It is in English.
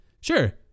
Sure